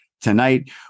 tonight